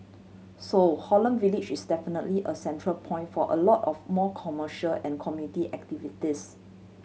so Holland Village is definitely a central point for a lot of more commercial and community activities